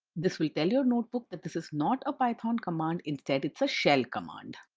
this will tell your notebook that this is not a python command instead, it's a shell command.